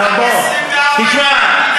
תשמע,